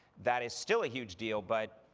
that is still a huge deal. but